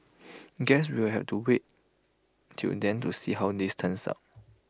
guess we'll wait till then to see how this turns out